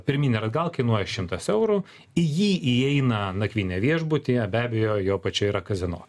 pirmyn ir atgal kainuoja šimtas eurų į jį įeina nakvynė viešbutyje be abejo jo apačioj yra kazino